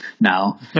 now